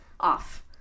Off